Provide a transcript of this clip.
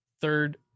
third